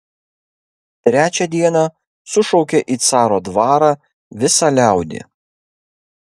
trečią dieną sušaukė į caro dvarą visą liaudį